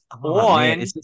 One